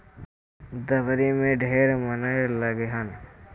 दँवरी में ढेर मनई लगिहन